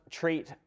treat